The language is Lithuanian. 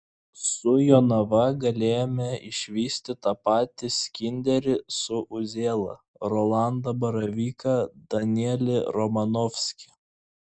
su jonava galėjome išvysti tą patį skinderį su uzėla rolandą baravyką danielį romanovskį